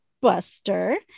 Buster